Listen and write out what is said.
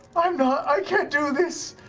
and i can't do this.